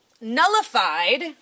nullified